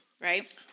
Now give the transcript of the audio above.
Right